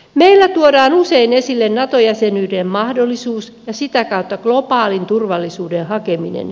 meillä tuodaan usein esille nato jäsenyyden mahdollisuus ja sitä kautta globaalin turvallisuuden hakeminen